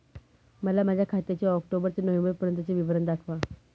मला माझ्या खात्याचे ऑक्टोबर ते नोव्हेंबर पर्यंतचे विवरण दाखवा